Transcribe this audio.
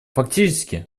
фактически